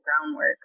groundwork